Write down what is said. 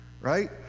right